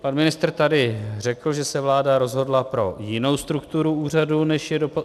Pan ministr tady řekl, že se vláda rozhodla pro jinou strukturu úřadu, než je doposud.